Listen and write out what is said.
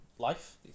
life